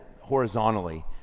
horizontally